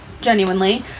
Genuinely